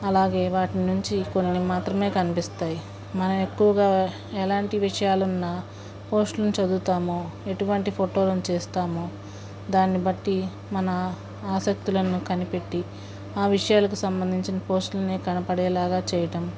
అలాగే వాటి నుంచి కొన్ని మాత్రమే కనిపిస్తాయి మనం ఎక్కువగా ఎలాంటి విషయాలు ఉన్న పోస్టులను చదువుతామో ఎటువంటి ఫోటోలు చేస్తామో దాన్ని బట్టి మన ఆశక్తులను కనిపెట్టి ఆ విషయాలకు సంబంధించిన పోస్టులను కనపడేలాగా చేయడం